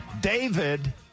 David